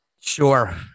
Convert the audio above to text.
sure